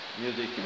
music